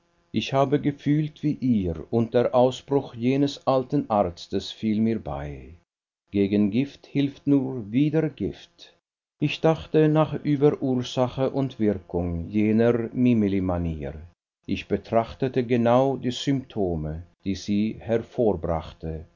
ich habe gefühlt wie ihr und der ausspruch jenes alten arztes fiel mir bei gegen gift hilft nur wieder gift ich dachte nach über ursache und wirkung jener mimili manier ich betrachtete genau die symptome die sie